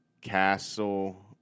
castle